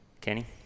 Kenny